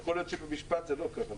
יכול להיות שבמשפט זה לא ככה.